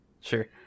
Sure